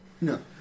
No